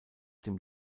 dem